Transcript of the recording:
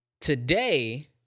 today